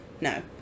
No